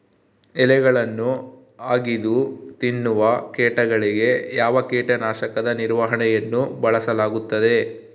ಎಲೆಗಳನ್ನು ಅಗಿದು ತಿನ್ನುವ ಕೇಟಗಳಿಗೆ ಯಾವ ಕೇಟನಾಶಕದ ನಿರ್ವಹಣೆಯನ್ನು ಬಳಸಲಾಗುತ್ತದೆ?